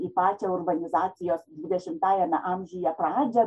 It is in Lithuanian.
į pačią urbanizacijos dvidešimtajame amžiuje pradžią